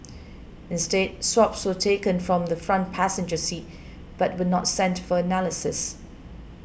instead swabs were taken from the front passenger seat but were not sent for analysis